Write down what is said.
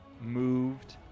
moved